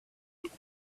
would